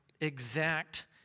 exact